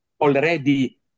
already